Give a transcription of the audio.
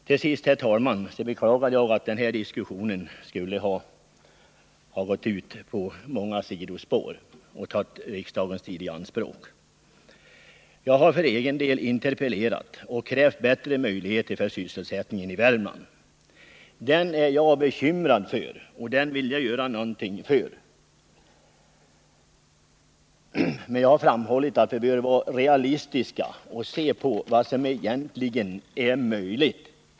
Till sist, herr talman, beklagar jag att den här diskussionen gått ut på många sidospår och tagit riksdagens tid i anspråk. Jag har för egen del interpellerat och krävt bättre möjligheter för sysselsättningen i Värmland. Den är jag bekymrad över och vill göra någonting för. Men jag har framhållit att vi bör vara realistiska och se på vad som är möjligt.